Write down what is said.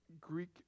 Greek